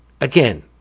Again